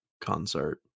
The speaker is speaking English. concert